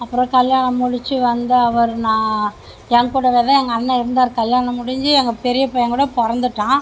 அப்புறம் கல்யாணம் முடிச்சு வந்து அவர் நா என்கூடவே தான் எங்கள் அண்ணன் இருந்தார் கல்யாணம் முடிஞ்சு எங்கள் பெரிய பையன் கூட பிறந்துட்டான்